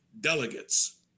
delegates